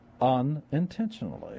unintentionally